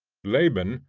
laban,